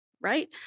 right